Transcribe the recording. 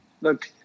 look